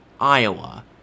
Iowa